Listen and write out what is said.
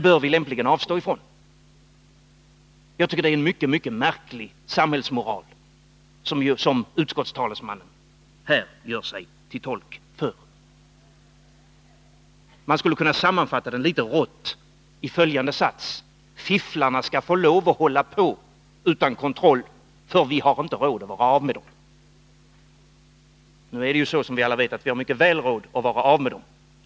Jag tycker att det är en mycket märklig samhällsmoral som utskottets talesman här gör sig till tolk för. Man skulle kunna sammanfatta den litet rått i följande sats: Fifflarna skall få lov att hålla på utan kontroll, för vi har inte råd att vara av med dem. Nu är det ju, som vi alla vet, så att vi mycket väl har råd att vara av med fifflarna.